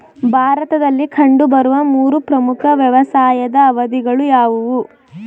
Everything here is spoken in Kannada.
ಭಾರತದಲ್ಲಿ ಕಂಡುಬರುವ ಮೂರು ಪ್ರಮುಖ ವ್ಯವಸಾಯದ ಅವಧಿಗಳು ಯಾವುವು?